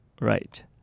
Right